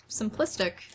simplistic